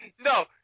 No